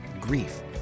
grief